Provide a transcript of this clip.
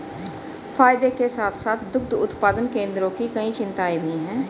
फायदे के साथ साथ दुग्ध उत्पादन केंद्रों की कई चिंताएं भी हैं